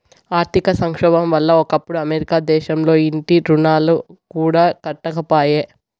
ఆర్థిక సంక్షోబం వల్ల ఒకప్పుడు అమెరికా దేశంల ఇంటి రుణాలు కూడా కట్టకపాయే